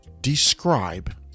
describe